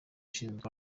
ushinzwe